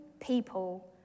people